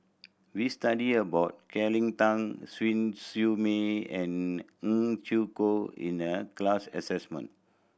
we studied about Cleo Thang Siew May and Neo Chwee Kok in the class assignment